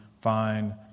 find